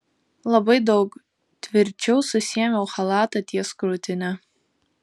labai daug tvirčiau susiėmiau chalatą ties krūtine